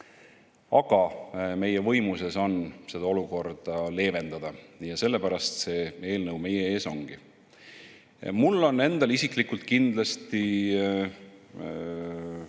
Aga meie võimuses on seda olukorda leevendada ja sellepärast see eelnõu meie ees ongi. Mul endal on isiklikult kindlasti ideid,